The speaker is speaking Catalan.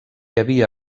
havia